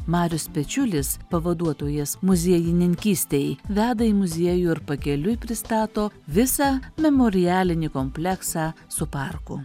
marius pečiulis pavaduotojas muziejininkystei veda į muziejų ir pakeliui pristato visą memorialinį kompleksą su parku